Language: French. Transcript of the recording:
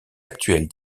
actuelles